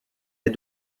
est